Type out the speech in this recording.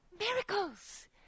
miracles